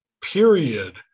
period